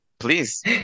Please